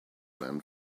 ran